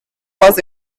was